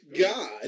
God